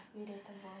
relatable